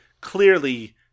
clearly